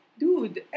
dude